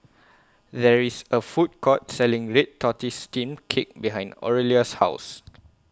There IS A Food Court Selling Red Tortoise Steamed Cake behind Aurelia's House